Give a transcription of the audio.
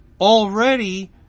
already